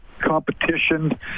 Competition